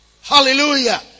Hallelujah